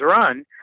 Run